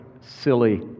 silly